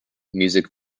music